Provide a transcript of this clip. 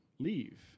leave